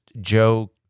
Joe